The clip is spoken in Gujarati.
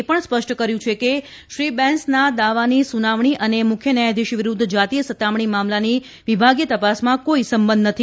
પીઠે એ પણ સ્પષ્ટ કર્યું છે કે ક્ષી બેંસના દાવાની સુનાવણી અને મુખ્ય ન્યાયાધીશ વિરૂધ્ધ જાતીય સતામણી મામલાની વિભાગીય તપાસમાં કોઈ સંબંધ નથી